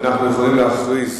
ואנחנו יכולים להכריז